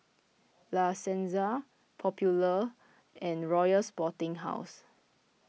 La Senza Popular and Royal Sporting House